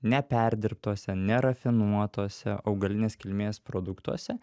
neperdirbtuose nerafinuotuose augalinės kilmės produktuose